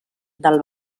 del